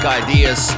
ideas